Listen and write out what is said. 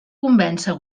convèncer